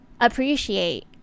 appreciate